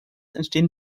entstehen